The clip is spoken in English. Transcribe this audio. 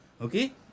okay